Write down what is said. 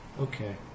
Okay